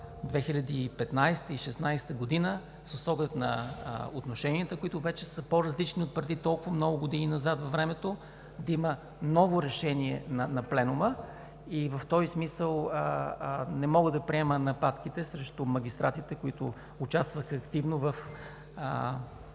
2015 – 2016 г., с оглед отношенията, които вече са по-различни отпреди толкова много години назад във времето, да има ново решение на Пленума. В този смисъл не мога да приема нападките срещу магистратите, които участваха активно в